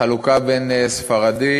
חלוקה בין ספרדי